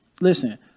Listen